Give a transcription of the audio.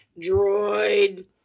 Droid